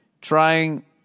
trying